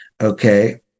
Okay